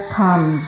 come